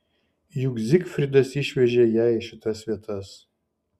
juk zigfridas išvežė ją į šitas vietas